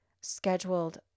scheduled